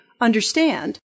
understand